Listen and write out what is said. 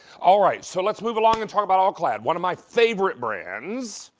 all right, so let's move along and talk about all-clad, one of my favorite brands.